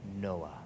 Noah